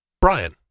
Brian